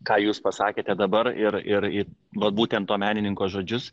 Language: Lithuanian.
ką jūs pasakėte dabar ir ir į vat būtent to menininko žodžius